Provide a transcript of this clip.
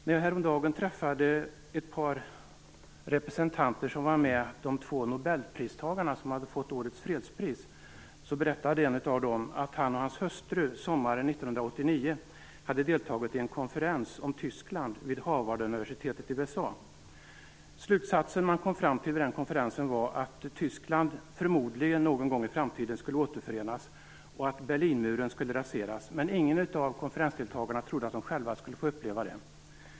När jag häromdagen träffade ett par representanter som var med de två nobelpristagare som hade fått årets fredspris, berättade en av dem att han och hans hustru sommaren 1989 hade deltagit i en konferens om Tyskland vid Harvarduniversitetet i USA. Den slutsats man kom fram till vid konferensen var att Tyskland förmodligen någon gång i framtiden skulle återförenas och att Berlinmuren skulle raseras, men ingen av konferensdeltagarna trodde att de själva skulle få uppleva det.